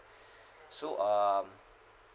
so um